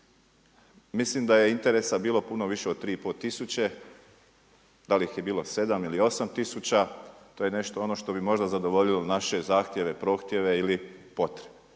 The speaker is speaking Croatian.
Mislim da je interesa bilo puno više od 3,5 tisuće, da li ih je bilo 7 ili 8 tisuća, to je nešto ono što bi možda zadovoljilo naše zahtjeve, prohtjeve ili potrebe.